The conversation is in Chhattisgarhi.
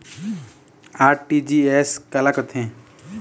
आर.टी.जी.एस काला कथें?